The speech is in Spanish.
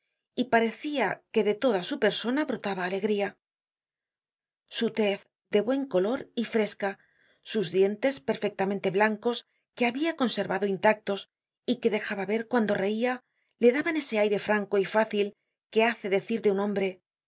y parecia que de toda su persona brotaba alegría su tez de buen color y fresca sus dientes perfectamente blancos que habia conservado intactos y que dejaba ver cuando reia le daban ese aire franco y fácil que hace decir de un hombre es